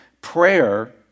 prayer